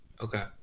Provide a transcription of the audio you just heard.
Okay